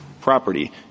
property